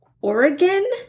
Oregon